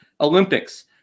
Olympics